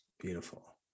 Beautiful